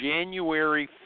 January